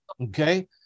okay